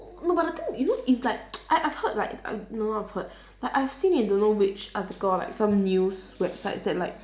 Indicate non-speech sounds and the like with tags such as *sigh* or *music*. no but the thing you know it's like *noise* I I've have heard like uh don't know where I've heard like I've seen in don't know which article like some news website that like